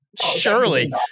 Surely